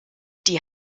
die